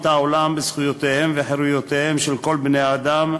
העולם בזכויותיהם וחירויותיהם של כל בני-האדם,